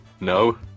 No